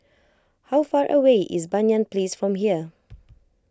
how far away is Banyan Place from here